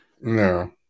No